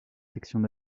sections